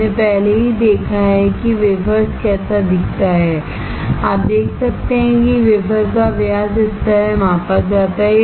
हमने पहले ही देखा है कि वेफर्स कैसा दिखता है आप देख सकते हैं कि वेफर का व्यास इस तरह मापा जाता है